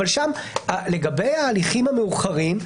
לגבי ההליכים המאוחרים,